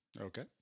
Okay